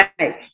Right